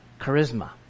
Charisma